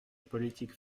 politique